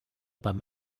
beim